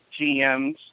GMs